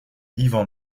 ivan